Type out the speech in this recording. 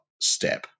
step